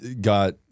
got